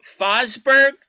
Fosberg